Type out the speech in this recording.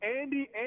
Andy